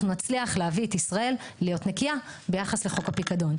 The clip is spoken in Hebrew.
אנחנו נצליח להביא את ישראל להיות נקייה ביחס לחוק הפיקדון.